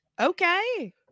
okay